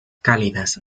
cálidas